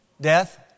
Death